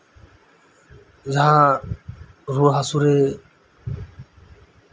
ᱡᱟᱦᱟᱸ ᱨᱩᱣᱟᱹ ᱦᱟᱥᱩ ᱨᱮ